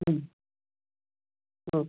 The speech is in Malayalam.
ഓ